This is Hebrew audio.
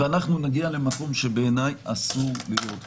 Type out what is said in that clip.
ואנחנו נגיע למקום שלדעתי אסור להיות בו.